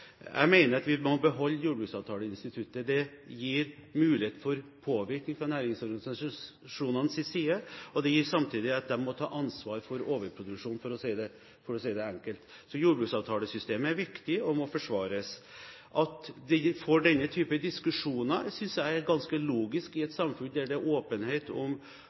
Jeg mener vi må beholde jordbruksavtaleinstituttet. Det gir mulighet for påvirkning fra næringsorganisasjonenes side, og de må samtidig ta ansvar for overproduksjon, for å si det enkelt. Så jordbruksavtalesystemet er viktig og må forsvares. At vi får denne typen diskusjoner, synes jeg er ganske logisk i et samfunn der det er åpenhet